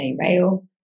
rail